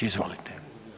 Izvolite.